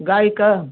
गाय का